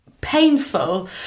painful